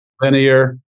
Linear